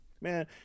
man